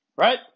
Right